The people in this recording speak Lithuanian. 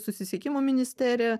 susisiekimo ministerija